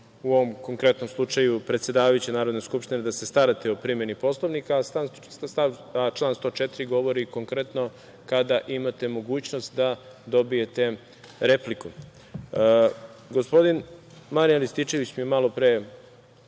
u ovom konkretnom slučaju predsedavajuće Narodne skupštine da se starate o primeni Poslovnika, a član 104. govori konkretno kada imate mogućnost da dobijete repliku. Gospodin Marijan Rističević mi je malo pre